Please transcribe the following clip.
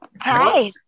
Hi